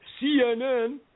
CNN